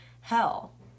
hell